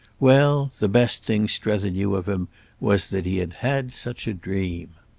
well, the best thing strether knew of him was that he had had such a dream.